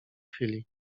chwili